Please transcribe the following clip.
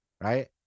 right